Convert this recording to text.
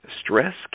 Stress